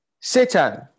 Satan